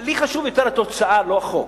לי חשובה יותר התוצאה, לא חוק.